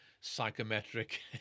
psychometric